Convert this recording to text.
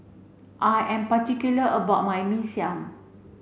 I am particular about my Mee Siam